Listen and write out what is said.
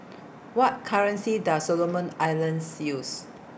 What currency Does Solomon Islands use